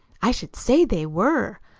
i should say they were.